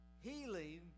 healing